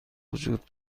وجود